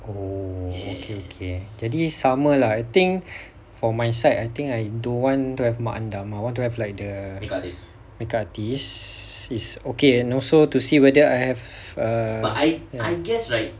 oh okay okay jadi sama lah I think for my side I think I don't want to have mak andam I want to have like the makeup artiste is okay and also to see whether I have err ya